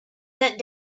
sent